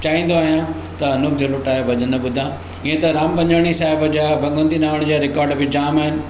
चाहींदो आहियां त अनूप जलोटा जा भॼन ॿुधां ईअं त राम पंजवाणी साहिब जा भॻवंती नावाणी जा रिकार्ड बि जामु आहिनि